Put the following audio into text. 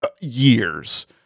years